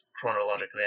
chronologically